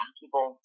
people